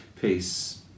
peace